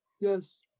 yes